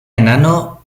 enano